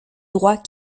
droits